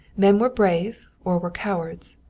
men were brave or were cowards.